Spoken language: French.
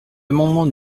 amendements